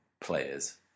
players